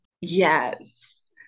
Yes